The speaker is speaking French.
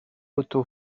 otto